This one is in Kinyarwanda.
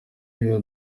biba